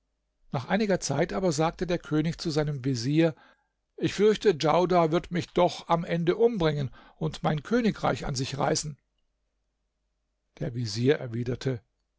nach einiger zeit aber sagte der könig zu seinem vezier ich fürchte djaudar wird mich doch am ende umbringen und mein königreich an sich reißen der vezier erwiderte